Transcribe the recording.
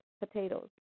potatoes